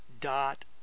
dot